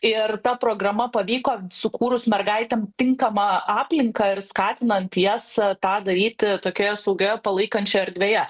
ir ta programa pavyko sukūrus mergaitėm tinkamą aplinką ir skatinant jas tą daryti tokioje saugioje palaikančioj erdvėje